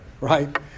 right